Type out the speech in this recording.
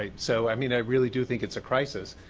ah so, i mean i really do think it's a crisis.